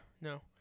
no